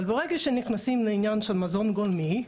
אבל ברגע שנכנסים לעניין של מזון גולמי,